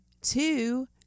two